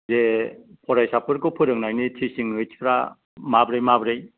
जे फरायसाफोरखौ फोरंनायनायनि टिचिं ओइटसफ्रा माब्रै माब्रै